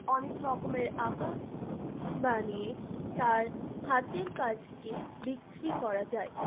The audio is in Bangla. অনেক রকমের আঁকা বানিয়ে তার হাতের কাজকে বিক্রি করা যায়